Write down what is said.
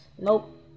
Nope